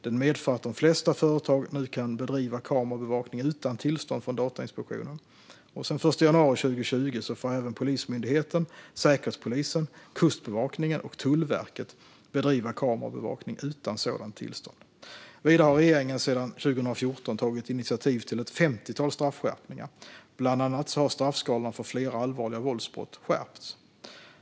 Den medför att de flesta företag nu kan bedriva kamerabevakning utan tillstånd från Datainspektionen. Sedan den 1 januari 2020 får även Polismyndigheten, Säkerhetspolisen, Kustbevakningen och Tullverket bedriva kamerabevakning utan sådant tillstånd. Vidare har regeringen sedan 2014 tagit initiativ till ett femtiotal straffskärpningar. Bland annat har straffskalorna för flera allvarliga våldsbrott skärpts.